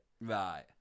right